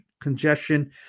congestion